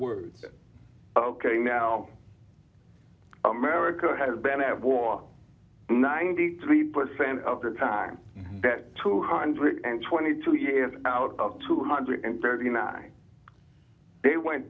words ok now america has been at war ninety three percent of the time that two hundred and twenty two years out of two hundred and thirty nine they went